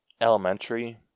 Elementary